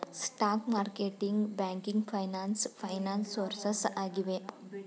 stock marketing, banking finance finance sources ಆಗಿವೆ